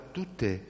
tutte